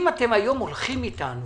אם היום אתם הולכים אתנו